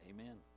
Amen